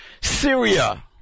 Syria